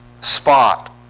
spot